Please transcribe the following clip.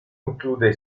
include